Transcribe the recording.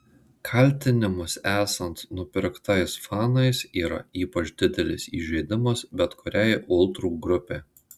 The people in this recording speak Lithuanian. kaltinimas esant nupirktais fanais yra ypač didelis įžeidimas bet kuriai ultrų grupei